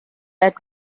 let